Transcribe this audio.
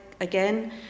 again